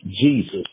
Jesus